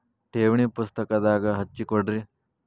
ಠೇವಣಿ ಪುಸ್ತಕದಾಗ ಹಚ್ಚಿ ಕೊಡ್ರಿ